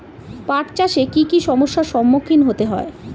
পাঠ চাষে কী কী সমস্যার সম্মুখীন হতে হয়?